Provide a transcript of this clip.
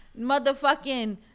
motherfucking